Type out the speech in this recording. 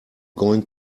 going